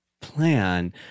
plan